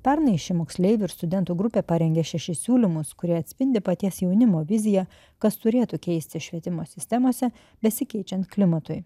pernai ši moksleivių ir studentų grupė parengė šešis siūlymus kurie atspindi paties jaunimo viziją kas turėtų keistis švietimo sistemose besikeičiant klimatui